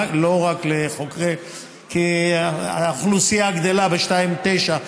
כי האוכלוסייה גדלה ב-2.9%,